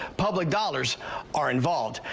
public dollars are involved.